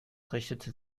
richtete